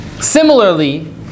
Similarly